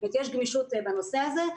יש גמישות בנושא הזה.